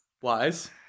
Wise